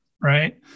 right